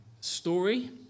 story